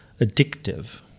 addictive